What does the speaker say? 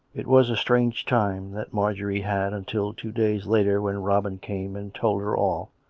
it was a strange time that marjorie had until two days later, when robin came and told her all,